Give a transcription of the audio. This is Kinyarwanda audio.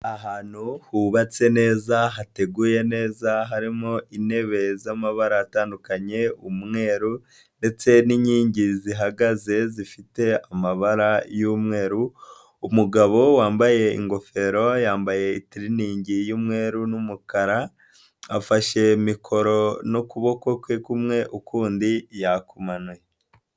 Ahantu hubatse neza, hateguye neza. Harimo intebe z'amabara atandukanye, umweru ndetse n'inkingi zihagaze zifite amabara y'umweru. Umugabo wambaye ingofero, yambaye itiriningi y'umweru n'umukara. Afashe mikoro n'ukuboko kwe kumwe ukundi yakumanuye.